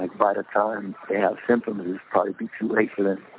like by the time they have symptoms it would probably be too late for them